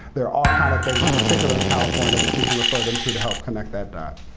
there are all kind of things, in particular in california, that you can refer them to to help connect that dot.